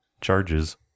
charges